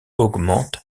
augmente